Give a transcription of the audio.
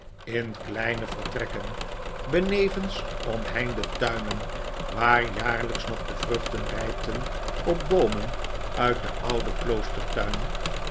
in kleine vertrekken benevens omheinde tuinen waar jaarlijks nog de vrucnten rijpten op boomen uit den ouden